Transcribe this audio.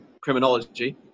criminology